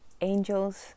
angels